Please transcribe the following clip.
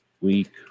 week